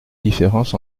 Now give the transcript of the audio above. différence